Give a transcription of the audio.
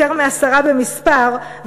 יותר מעשרה במספר,